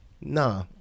Nah